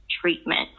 treatment